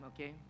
okay